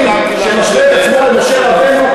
שמשווה את עצמו למשה רבנו.